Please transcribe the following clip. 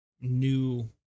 new